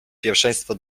pierwszeństwo